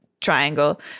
triangle